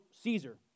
Caesar